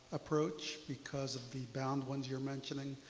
approach because of the bound ones you're mentioning.